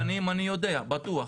אני יודע, בטוח.